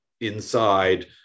inside